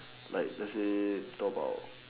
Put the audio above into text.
like let's say talk about